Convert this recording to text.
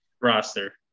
roster